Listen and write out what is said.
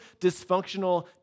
dysfunctional